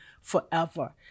forever